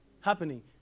happening